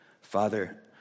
Father